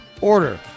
order